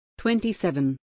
27